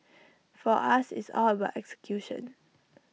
for us it's all about execution